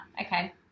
Okay